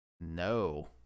No